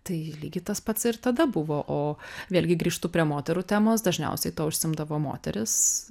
tai lygiai tas pats ir tada buvo o vėlgi grįžtu prie moterų temos dažniausiai tuo užsiimdavo moterys